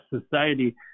society